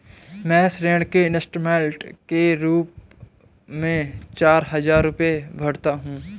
मैं ऋण के इन्स्टालमेंट के रूप में चार हजार रुपए भरता हूँ